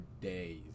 days